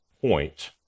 point